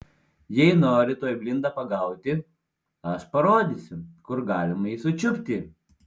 jei nori tuoj blindą pagauti aš parodysiu kur galima jį sučiupti